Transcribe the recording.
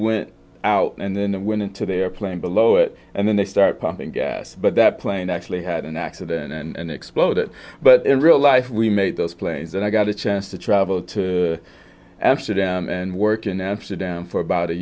went out and then went into the airplane below it and then they start pumping gas but that plane actually had an accident and explode it but in real life we made those planes and i got a chance to travel to amsterdam and work in amsterdam for about a